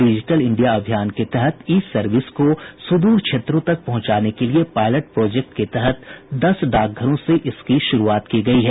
digital India अभियान के तहत ई सर्विस को सुदूर क्षेत्रों तक पहुंचाने के लिये पायलट प्रोजेक्ट के तहत दस डाकघरों से इसकी शुरूआत की गयी है